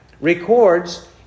records